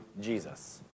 Jesus